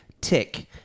tick